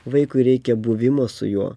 vaikui reikia buvimo su juo